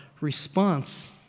response